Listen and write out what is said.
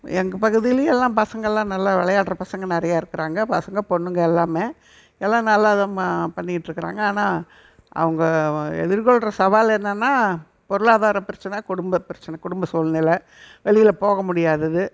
எங்கள் பகுதியிலையும் எல்லாம் பசங்கெல்லாம் நல்லா விளையாடுற பசங்கள் நிறையா இருக்கிறாங்க பசங்கள் பொண்ணுங்கள் எல்லாமே எல்லாம் நல்ல விதமாக பண்ணிகிட்ருக்குறாங்க ஆனால் அவங்க எதிர்கொள்கிற சவால் என்னன்னா பொருளாதார பிரச்சனை குடும்ப பிரச்சனை குடும்ப சூழ்நிலை வெளியில் போக முடியாதது